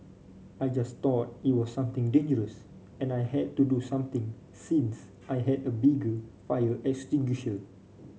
I just thought it was something dangerous and I had to do something since I had a bigger fire extinguisher